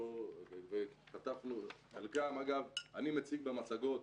חלקם אגב, אני מציג במצגות